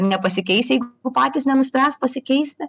nepasikeis jeigu patys nenuspręs pasikeisti